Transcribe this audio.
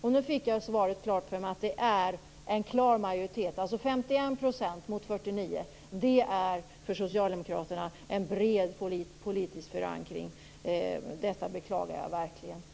Jag fick då klart för mig att 51 % mot 49 % är för Socialdemokraterna en bred politisk förankring. Detta beklagar jag verkligen.